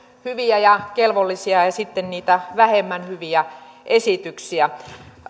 hyviä ja kelvollisia ja sitten niitä vähemmän hyviä esityksiä